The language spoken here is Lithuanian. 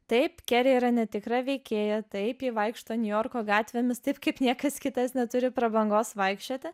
taip keri yra netikra veikėja taip ji vaikšto niujorko gatvėmis taip kaip niekas kitas neturi prabangos vaikščioti